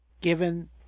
Given